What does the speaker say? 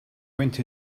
went